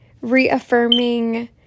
reaffirming